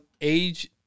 age